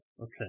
Okay